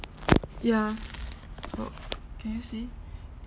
yeah oh can you see